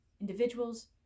individuals